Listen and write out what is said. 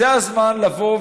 זה הזמן לבוא,